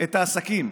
את העסקים.